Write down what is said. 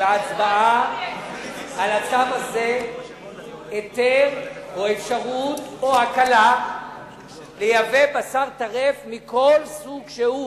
בהצבעה על הצו הזה היתר או אפשרות או הקלה לייבא בשר טרף מכל סוג שהוא.